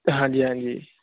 ਹਾਂਜੀ ਹਾਂਜੀ